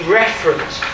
reference